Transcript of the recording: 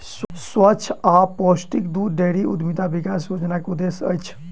स्वच्छ आ पौष्टिक दूध डेयरी उद्यमिता विकास योजना के उद्देश्य अछि